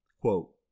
Quote